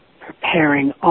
Preparing